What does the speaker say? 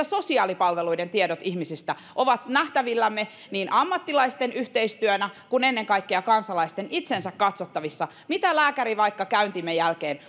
sosiaalipalveluiden tiedot ihmisistä ovat nähtävillämme niin ammattilaisten yhteistyössä kuin ennen kaikkea kansalaisten itsensä katsottavissa mitä vaikka lääkäri käyntimme jälkeen